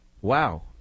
Wow